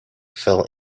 fell